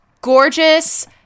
gorgeous